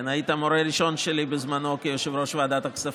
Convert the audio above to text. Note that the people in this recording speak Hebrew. היית המורה הראשון שלי בזמנו כיושב-ראש ועדת הכספים.